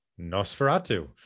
Nosferatu